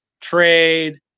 trade